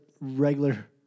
regular